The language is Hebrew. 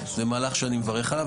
זה מהלך שאני מברך עליו,